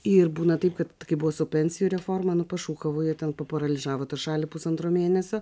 ir būna taip kad kai buvo su pensijų reformą nuo pašūkavo ir ten pa paralyžiavo tą šalį pusantro mėnesio